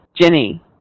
Jenny